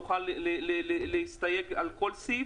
נוכל להסתייג על כל סעיף,